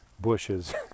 bushes